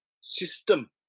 system